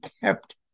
kept